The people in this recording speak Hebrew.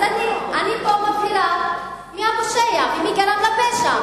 אז אני פה מבהירה מי הפושע ומי גרם לפשע.